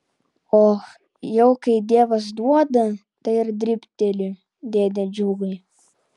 och jau kai dievas duoda tai ir dribteli dėde džiugai